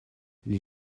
les